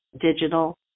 digital